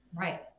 Right